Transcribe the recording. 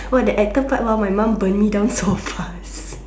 !wah! the actor part !wah! my mom burn me down so fast